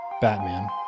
Batman